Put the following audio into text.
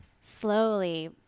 slowly